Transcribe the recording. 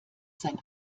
sein